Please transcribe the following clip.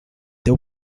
teu